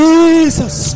Jesus